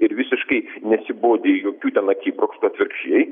ir visiškai nesibodi jokių ten akibrokštų atvirkščiai